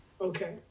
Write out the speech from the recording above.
Okay